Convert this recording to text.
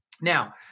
now